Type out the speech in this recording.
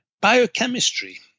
biochemistry